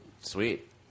Sweet